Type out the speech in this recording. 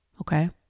okay